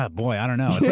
ah boy, i don't know.